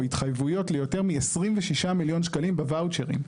או התחייבויות ליותר מ-26 מיליון שקלים בוואוצ'רים.